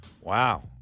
wow